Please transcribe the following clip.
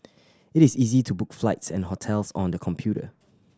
it is easy to book flights and hotels on the computer